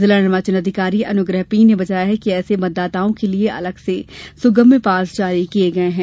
जिला निर्वाचन अधिकारी अनुग्रहा पी ने बताया कि ऐसे मतदाताओं के लिए अलग से सुगम्य पास जारी किए गए है